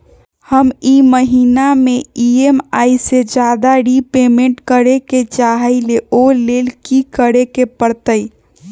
हम ई महिना में ई.एम.आई से ज्यादा रीपेमेंट करे के चाहईले ओ लेल की करे के परतई?